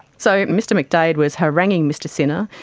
so mr mcdaid was haranguing mr sinna,